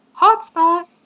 Hotspot